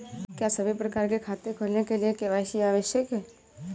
क्या सभी प्रकार के खाते खोलने के लिए के.वाई.सी आवश्यक है?